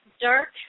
dark